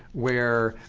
where